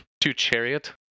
Two-chariot